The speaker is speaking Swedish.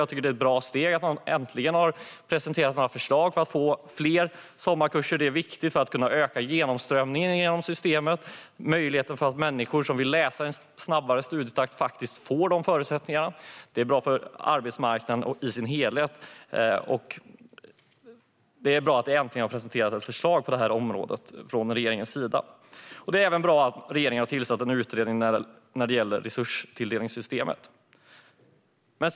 Jag tycker att det är ett bra steg att man äntligen har presenterat förslag för att få fler sommarkurser; det är viktigt för att vi ska kunna öka genomströmningen i systemet och ge människor som vill hålla en högre studietakt förutsättningar att göra det. Det är även bra för arbetsmarknaden i dess helhet. Det är alltså bra att man äntligen har presenterat ett förslag på detta område från regeringens sida. Det är också bra att regeringen har tillsatt en utredning om resurstilldelningssystemet.